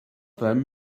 them